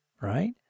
Right